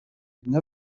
une